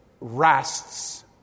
rests